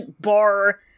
bar